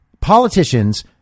politicians